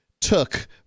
took